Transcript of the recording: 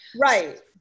Right